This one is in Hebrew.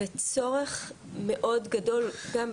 וצורך מאוד גדול גם,